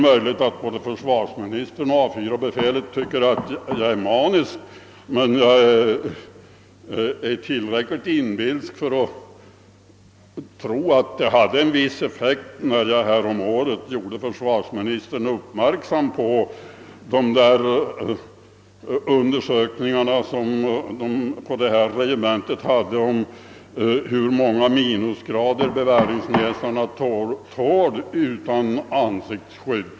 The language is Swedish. Både försvarsministern och befälet vid A 4 tycker kanske att jag är manisk, men jag är tillräckligt inbilsk att tro att det hade en viss effekt när jag häromåret gjorde försvarsministern uppmärksam på de undersökningar som gjorts vid detta regemente om hur många minusgrader en beväringsnäsa tål utan ansiktsskydd.